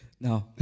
no